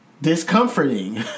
Discomforting